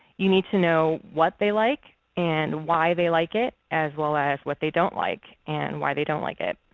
you need to know what they like, and why they like it, as well as what they don't like and why they don't like it.